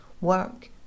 work